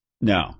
no